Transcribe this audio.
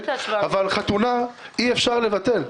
אבל חתונה אי אפשר לבטל.